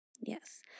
Yes